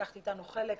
לקחת אתנו חלק,